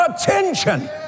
attention